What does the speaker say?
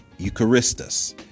Eucharistus